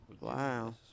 Wow